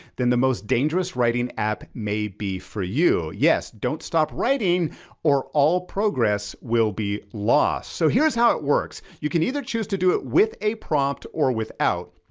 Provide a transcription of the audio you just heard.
then the most dangerous writing app may be for you. yes, don't stop writing or all progress will be lost. so here's how it works. you can either choose to do it with a prompt or without.